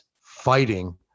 fighting